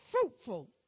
fruitful